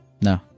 No